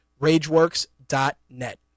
RageWorks.net